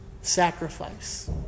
sacrifice